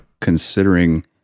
Considering